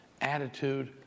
attitude